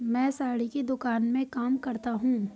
मैं साड़ी की दुकान में काम करता हूं